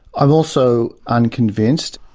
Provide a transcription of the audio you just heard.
i'm also unconvinced.